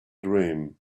dream